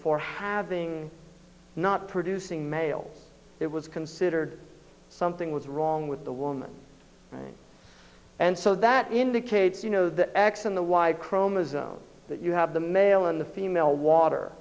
for having not producing males it was considered something was wrong with the woman and so that indicates you know that x in the y chromosome that you have the male and the female water